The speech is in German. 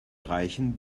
reichen